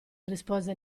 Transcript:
rispose